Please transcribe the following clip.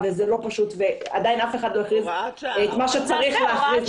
וזה לא פשוט ועדיין אף אחד לא הכריז את מה שצריך להכריז.